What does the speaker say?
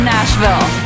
Nashville